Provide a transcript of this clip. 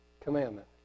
commandment